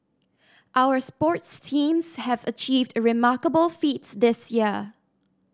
our sports teams have achieved a remarkable feats this year